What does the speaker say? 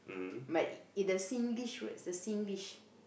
but in the Singlish word the Singlish